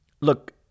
look